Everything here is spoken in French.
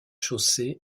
chaussée